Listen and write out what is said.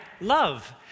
love